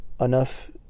enough